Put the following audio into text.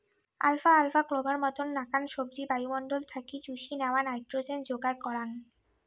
alpha আলফা, clover মতন নাকান সবজি বায়ুমণ্ডল থাকি চুষি ন্যাওয়া নাইট্রোজেন যোগার করাঙ